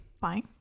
fine